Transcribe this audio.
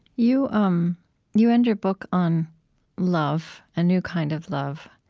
you um you end your book on love, a new kind of love,